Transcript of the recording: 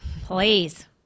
please